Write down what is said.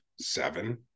seven